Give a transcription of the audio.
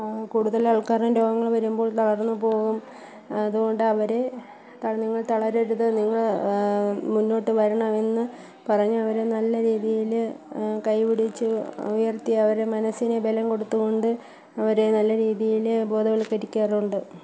കൂടുതൽ ആൾക്കാരും രോഗങ്ങൾ വരുമ്പോൾ തളർന്ന് പോകും അതുകൊണ്ട് അവരെ നിങ്ങൾ തളരരുത് നിങ്ങൾ മുന്നോട്ട് വരണമെന്ന് പറഞ്ഞ് അവരെ നല്ല രീതിയില് കൈപിടിച്ച് ഉയർത്തി അവരെ മനസ്സിന് ബലം കൊടുത്തുകൊണ്ട് അവരെ നല്ല രീതിയില് ബോധവൽക്കരിക്കാറുണ്ട്